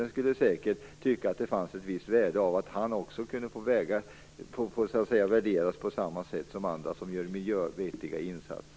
Han skulle säkert tycka att det fanns ett visst värde i att också han kunde värderas på samma sätt som andra som gör vettiga miljöinsatser.